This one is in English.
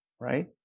Right